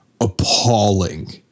appalling